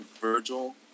virgil